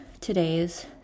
today's